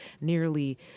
nearly